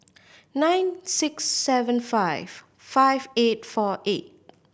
nine six seven five five eight four eight